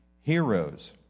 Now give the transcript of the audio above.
heroes